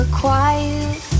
quiet